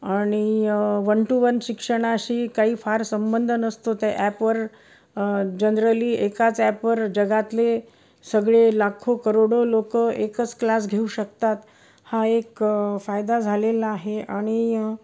आणि one to one शिक्षणाशी काही फार संबंध नसतो त्या ॲपवर जनरली एकाच ॲपवर जगातले सगळे लाखो करोडो लोकं एकच क्लास घेऊ शकतात हा एक फायदा झालेला आहे आणि